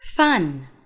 Fun